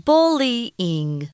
Bullying